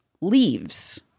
leaves